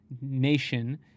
nation